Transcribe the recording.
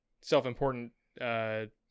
self-important